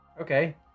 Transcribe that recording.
okay